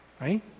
Right